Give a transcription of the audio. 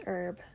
Herb